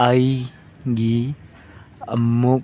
ꯑꯩꯒꯤ ꯑꯃꯨꯛ